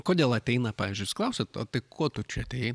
kodėl ateina pavyzdžiui jūs klausiat tai ko tu čia atėjai